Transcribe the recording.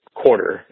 quarter